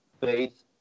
faith